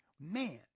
Man